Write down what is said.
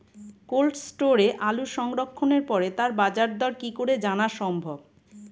Cold স্টোরে আলু সংরক্ষণের পরে তার বাজারদর কি করে জানা সম্ভব?